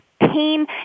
pain